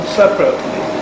separately